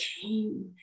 came